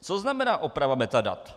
Co znamená oprava metadat?